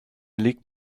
liegt